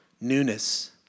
newness